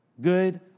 Good